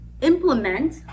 implement